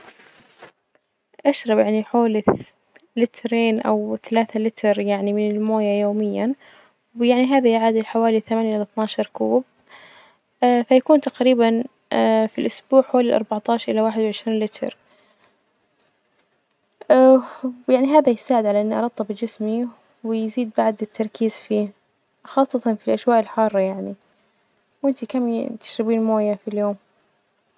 أشرب يعني حوالي لترين أو ثلاثة لتر يعني من الموية يوميا، ويعني هذا يعادل حوالي ثمانية لاثناشر كوب فيكون تقريبا في الأسبوع حوالي الأربعطعش إلى واحد وعشرين لتر يعني هذا يساعد على إني أرطب جسمي، ويزيد بعد التركيز فيه خاصة في الأجواء الحارة يعني، وإنتي كم ي- تشربين موية في اليوم?